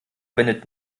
wendet